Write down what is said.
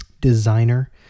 designer